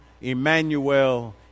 Emmanuel